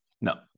No